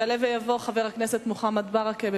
יעלה ויבוא חבר הכנסת מוחמד ברכה.